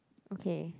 okay